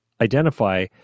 identify